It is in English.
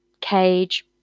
cage